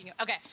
okay